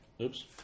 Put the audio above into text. Oops